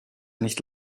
nicht